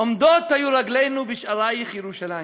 עומדות היו רגלינו בשעריך ירושלם,